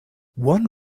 one